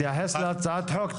תתייחס להצעת החוק,